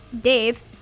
Dave